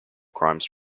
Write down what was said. crimes